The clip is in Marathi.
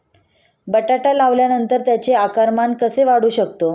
बटाटा लावल्यानंतर त्याचे आकारमान कसे वाढवू शकतो?